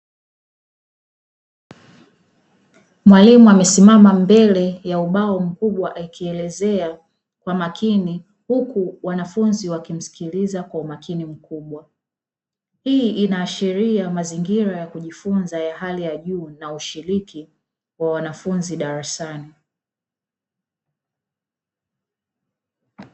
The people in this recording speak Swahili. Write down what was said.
Mwalimu amesimama mbele ya ubao mkubwa akielezea kwa umakini, huku wanafunzi wakimsikiliza kwa umakini mkubwa. Hii inaashiria mazingira ya kujifunza ya hali ya juu, na ushiriki wa wanafunzi darasani.